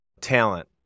talent